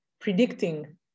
predicting